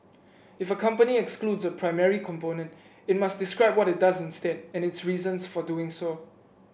if a company excludes a primary component it must describe what it does instead and its reasons for doing so